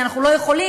כי אנחנו לא יכולים,